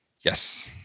Yes